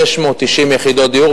690 יחידות דיור,